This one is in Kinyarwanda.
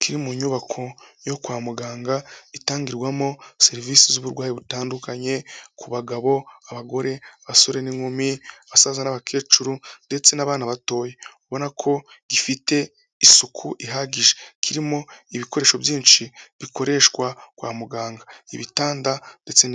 kiri mu nyubako yo kwa muganga itangirwamo serivisi z'uburwayi butandukanye ku bagabo, abagore, abasore n'inkumi, basaza n'abakecuru, ndetse n'abana batoya, ubona ko gifite isuku ihagije, kirimo ibikoresho byinshi bikoreshwa kwa muganga ibitanda, ndetse n'ibindi.